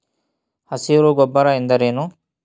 ಹಸಿರು ಗೊಬ್ಬರ ಎಂದರೇನು?